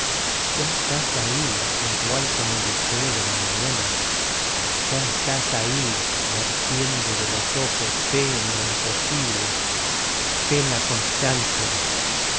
ya estás ahí puntual como el lucero de la mañana ya estás ahí vertiendo de los ojos fe en lo imposible fe en la constancia